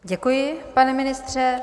Děkuji, pane ministře.